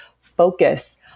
focus